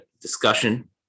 discussion